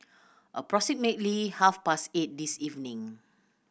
approximately half past eight this evening